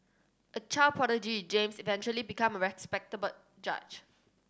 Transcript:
a child prodigy James eventually become a respected judge